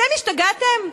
אתם השתגעתם?